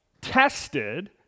tested